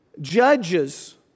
judges